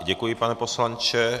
Děkuji, pane poslanče.